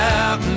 out